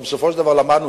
הלוא בסופו של דבר למדנו,